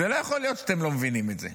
לא יכול להיות שאתם לא מבינים את זה.